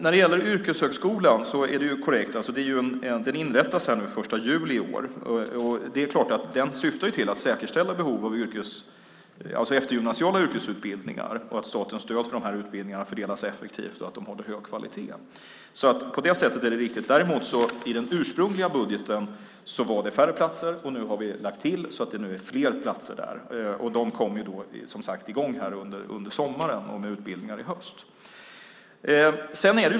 När det gäller yrkeshögskolan är det korrekt att den inrättas den 1 juli i år och syftar till att säkerställa behov av eftergymnasiala yrkesutbildningar, att statens stöd för dessa utbildningar fördelas effektivt och att de håller hög kvalitet. På det sättet är det viktigt. I den ursprungliga budgeten var det däremot färre platser. Nu har vi lagt till så att det blir fler platser. Detta kommer som sagt i gång under sommaren, med utbildningar i höst.